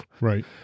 Right